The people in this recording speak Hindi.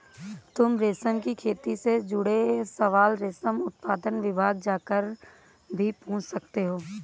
तुम रेशम की खेती से जुड़े सवाल रेशम उत्पादन विभाग जाकर भी पूछ सकते हो